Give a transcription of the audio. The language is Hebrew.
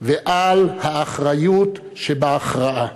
ועל האחריות שבהכרעה.